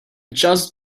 just